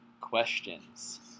questions